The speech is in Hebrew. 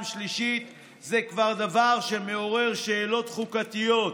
שלישית זה כבר דבר שמעורר שאלות חוקתיות.